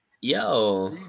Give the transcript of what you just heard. Yo